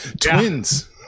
Twins